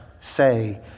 say